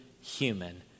human